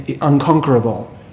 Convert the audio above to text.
Unconquerable